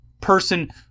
person